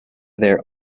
their